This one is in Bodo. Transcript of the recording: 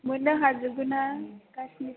मोननो हाजोबगोनना गासिनिफ्रायबो